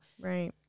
Right